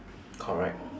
correct